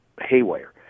haywire